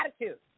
attitude